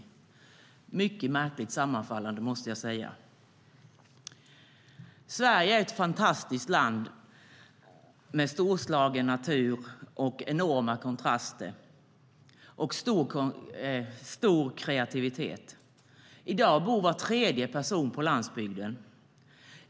Det är mycket märkligt sammanfallande, måste jag säga. Sverige är ett fantastiskt land med storslagen natur, enorma kontraster och stor kreativitet. I dag bor var tredje person på landsbygden.